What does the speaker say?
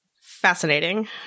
Fascinating